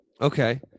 Okay